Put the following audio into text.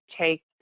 take